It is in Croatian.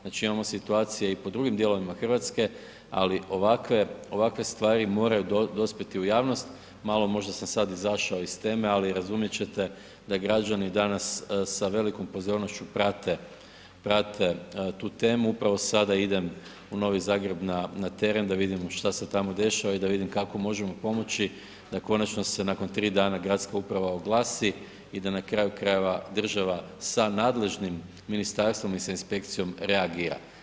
Znači imamo situacije i po drugim dijelovima Hrvatske ali ovakve stvari moraju dospjeti u javnost, malo možda sam sad izašao iz teme ali razumjet ćete da građani danas sa velikom pozornošću prate tu temu, upravo sada idem u Novi Zagreb na teren da vidim šta se tamo dešava i da vidim kako možemo pomoći da konačno se nakon 3 dana gradska uprava oglasi i da na kraju krajeva, država sa nadležnim ministarstvom i sa inspekcijom reagira.